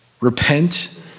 Repent